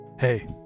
Hey